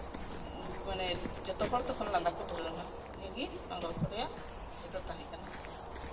ᱟᱨ ᱛᱚᱠᱷᱚᱱ ᱡᱚᱛᱚ ᱦᱚᱲ ᱞᱟᱸᱫᱟ ᱠᱚ ᱫᱷᱩᱨᱟᱹᱣᱱᱟ ᱱᱤᱭᱟᱹᱜᱮ ᱱᱚᱣᱟ ᱜᱚᱞᱯᱷᱚ ᱨᱮᱭᱟᱜ ᱱᱤᱭᱟᱹ ᱫᱚ ᱛᱟᱸᱦᱮ ᱠᱟᱱᱟ